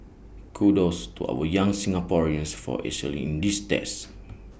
kudos to our young Singaporeans for excelling these tests